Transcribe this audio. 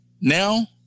Now